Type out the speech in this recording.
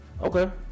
Okay